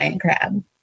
crab